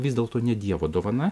vis dėlto ne dievo dovana